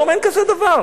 היום אין כזה דבר.